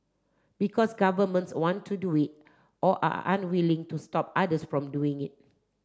because governments want to do it or are unwilling to stop others from doing it